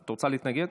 את רוצה להתנגד?